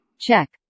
Check